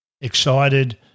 excited